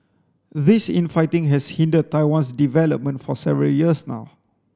this infighting has hindered Taiwan's development for several years now